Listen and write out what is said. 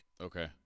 Okay